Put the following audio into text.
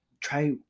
Try